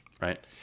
Right